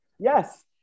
Yes